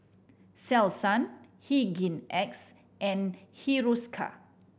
Selsun Hygin X and Hiruscar